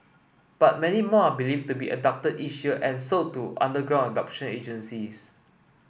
but many more believed to be abducted each year and sold to underground adoption agencies